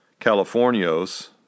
Californios